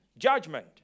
judgment